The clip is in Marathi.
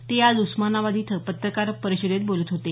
ते आज उस्मानाबाद इथं पत्रकार परिषदेत बोलत होते